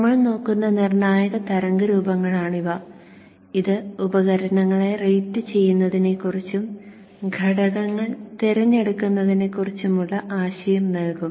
നമ്മൾ നോക്കുന്ന നിർണായക തരംഗരൂപങ്ങളാണിവ അത് ഉപകരണങ്ങളെ റേറ്റുചെയ്യുന്നതിനെക്കുറിച്ചും ഘടകങ്ങൾ തിരഞ്ഞെടുക്കുന്നതിനെ കുറിച്ചുമുള്ള ഒരു ആശയം നൽകും